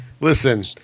listen